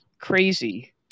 crazy